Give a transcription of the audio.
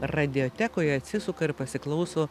radiotekoj atsisuka ir pasiklauso